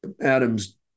Adams